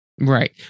Right